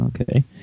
Okay